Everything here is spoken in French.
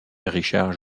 richard